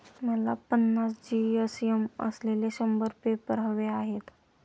मला पन्नास जी.एस.एम असलेले शंभर पेपर हवे आहेत